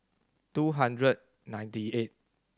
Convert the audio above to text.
two hundred ninety eight